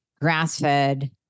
grass-fed